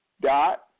dot